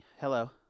Hello